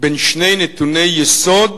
בין שני נתוני יסוד